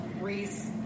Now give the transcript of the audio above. Reese